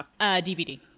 dvd